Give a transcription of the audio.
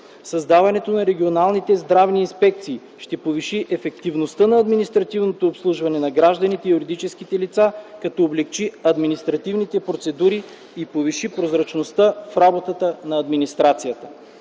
Създаването на регионалните здравни инспекции ще повиши ефективността на административното обслужване на гражданите и юридическите лица, като облекчи административните процедури и повиши прозрачността в работата на администрацията.